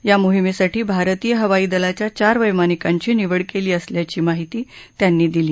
या मोहिमेसाठी भारतीय हवाई दलाच्या चार वैमानिकांची निवड केली असल्याची माहिती त्यांनी दिली